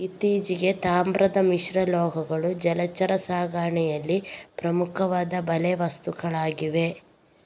ಇತ್ತೀಚೆಗೆ, ತಾಮ್ರದ ಮಿಶ್ರಲೋಹಗಳು ಜಲಚರ ಸಾಕಣೆಯಲ್ಲಿ ಪ್ರಮುಖವಾದ ಬಲೆ ವಸ್ತುಗಳಾಗಿವೆ